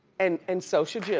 and and so should you.